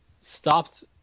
stopped